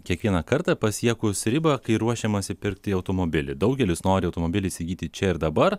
kiekvieną kartą pasiekus ribą kai ruošiamasi pirkti automobilį daugelis nori automobilį įsigyti čia ir dabar